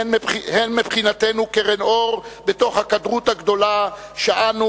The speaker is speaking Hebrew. הם מבחינתנו קרן אור בתוך הקדרות הגדולה שאנחנו